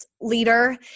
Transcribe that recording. leader